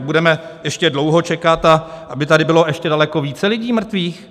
Budeme ještě dlouho čekat, a aby tady bylo ještě daleko více lidí mrtvých?